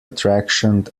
attraction